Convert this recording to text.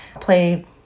play